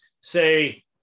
say